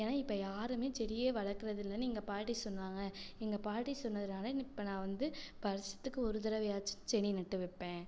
ஏன்னால் இப்போ யாருமே செடியே வளர்க்கறது இல்லன்னு எங்கள் பாட்டி சொன்னாங்கள் எங்கள் பாட்டி சொன்னதுனால் இப்போ நான் வந்து வருஷத்துக்கு ஒரு தடவையாச்சு செடி நட்டு வைப்பேன்